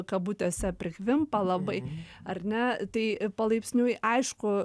kabutėse prikvimpa labai ar ne tai palaipsniui aišku